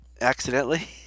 Accidentally